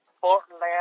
Portland